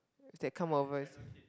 they come over